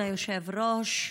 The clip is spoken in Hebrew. כבוד היושב-ראש,